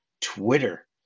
Twitter